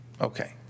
Okay